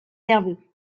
nerveux